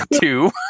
Two